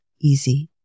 easy